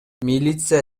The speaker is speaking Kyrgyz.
милиция